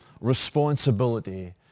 responsibility